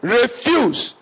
refuse